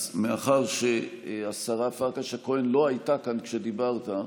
אז מאחר שהשרה פרקש הכהן לא הייתה כאן כשדיברת,